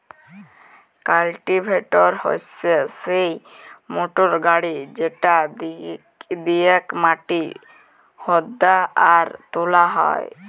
cultivator হচ্যে সিই motor গাড়ি যেটা দিয়েক মাটি হুদা আর তোলা হয়